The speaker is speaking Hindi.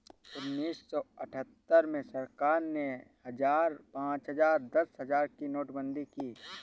उन्नीस सौ अठहत्तर में सरकार ने हजार, पांच हजार, दस हजार की नोटबंदी की